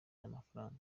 n’amafaranga